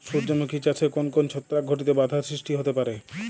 সূর্যমুখী চাষে কোন কোন ছত্রাক ঘটিত বাধা সৃষ্টি হতে পারে?